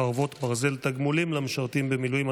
חרבות ברזל) (תגמולים למשרתים במילואים),